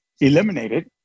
eliminated